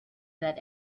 that